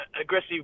aggressive